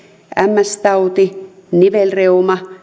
ms tauti nivelreuma